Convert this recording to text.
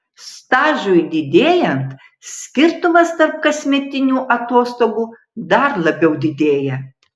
stažui didėjant skirtumas tarp kasmetinių atostogų dar labiau didėja